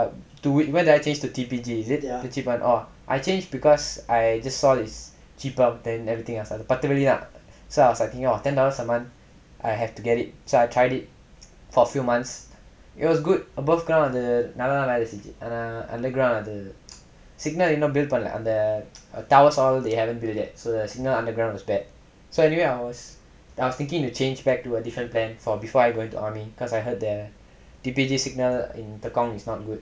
um why did I change to T_P_G chip is it I changed because I just saw this cheaper than பத்து வெள்ளிதா:pathu vellithaa so I was like !wah! ten dollars a month I have to get it so I tried it for a few months it was good above ground err நல்லதா வேல செய்து ஆனா:nallathaa vela seithu aanaa underground அது:athu signal இன்னும்:innum build பன்ல அந்த:panla antha tower solve they haven't build yet so the signal underground was bad so anyway I was thinking to change back to a different plan for before I went to army because I heard there T_P_G signal in tekong is not good